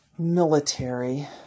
military